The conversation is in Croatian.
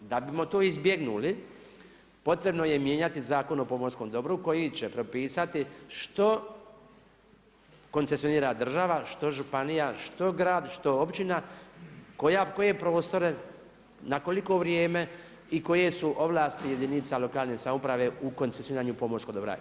Da bimo to izbjegnuli potrebno je mijenjati Zakon o pomorskom dobru koji će propisati što koncesionara država, što županija, što grad, što općina, koje prostore, na koliko vrijeme i koje su ovlasti jedinica lokalne samouprave u koncesioniranju pomorskog dobra.